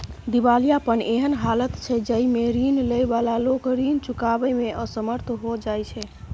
दिवालियापन एहन हालत छइ जइमे रीन लइ बला लोक रीन चुकाबइ में असमर्थ हो जाइ छै